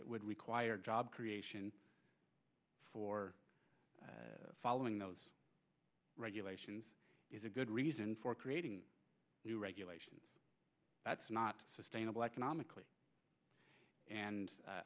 it would require job creation for following those regulations is a good reason for creating new regulations that's not sustainable economically and